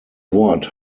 wort